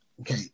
okay